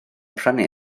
prynu